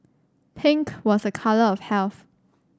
pink was a colour of health